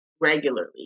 regularly